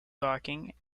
docking